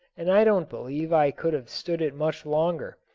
and i don't believe i could have stood it much longer.